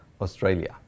Australia